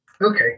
Okay